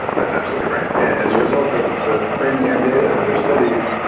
that's absolutely right, and as a result of the framingham data and other studies,